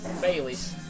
Baileys